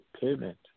payment